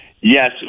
Yes